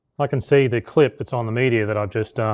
i can see the clip that's on the media that i've just